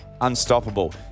unstoppable